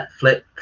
netflix